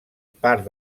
part